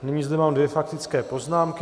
Nyní zde mám dvě faktické poznámky.